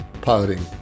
Piloting